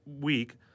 week